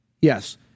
Yes